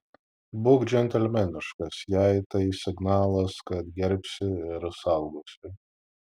būk džentelmeniškas jai tai signalas kad gerbsi ir saugosi